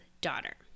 daughter